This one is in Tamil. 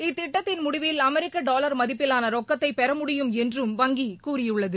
இத்திட்டத்தின் முடிவில் அமெரிக்க டாவர் மதிப்பிலான ரொக்கத்தை பெற முடியும் என்றும் வங்கி கூறியுள்ளது